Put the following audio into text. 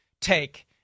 take